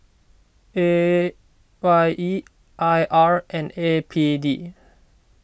A Y E I R and A P D